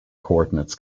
coordinates